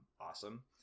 awesome